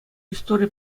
истори